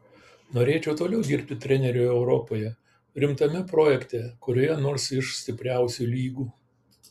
norėčiau toliau dirbti treneriu europoje rimtame projekte kurioje nors iš stipriausių lygų